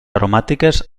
aromàtiques